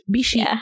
Bishi